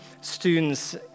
students